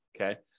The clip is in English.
okay